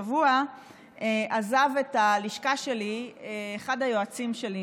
השבוע עזב את הלשכה שלי אחד היועצים שלי,